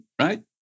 right